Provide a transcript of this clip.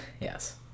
Yes